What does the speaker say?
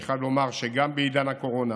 אני חייב לומר שגם בעידן הקורונה,